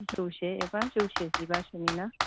जौसे एबा जौसे जिबासोनि ना